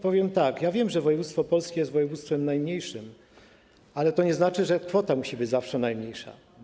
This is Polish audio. Powiem tak: wiem, że województwo opolskie jest województwem najmniejszym, ale to nie znaczy, że kwota musi być zawsze najmniejsza.